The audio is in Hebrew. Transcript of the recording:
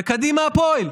וקדימה הפועל,